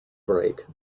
break